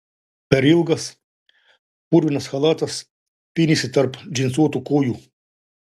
per ilgas purvinas chalatas pynėsi tarp džinsuotų kojų